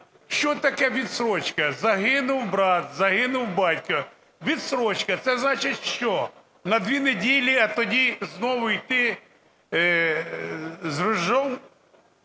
Що таке відстрочка? Загинув брат, загинув батько. Відстрочка – це значить, що на дві неділі, а тоді знову йти з ружьем?